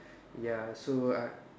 ya so I